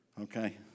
Okay